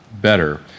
better